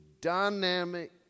dynamic